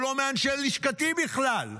הוא לא מאנשי לשכתי בכלל.